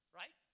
right